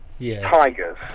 Tigers